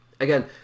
Again